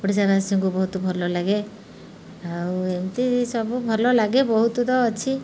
ଓଡ଼ିଶାବାସୀଙ୍କୁ ବହୁତ ଭଲ ଲାଗେ ଆଉ ଏମିତି ସବୁ ଭଲ ଲାଗେ ବହୁତ ତ ଅଛି